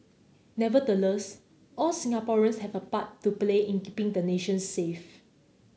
nevertheless all Singaporeans have a part to play in keeping the nation safe